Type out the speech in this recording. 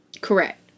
Correct